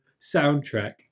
soundtrack